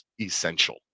essential